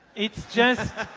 it's just